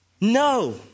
No